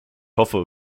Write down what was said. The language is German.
hoffe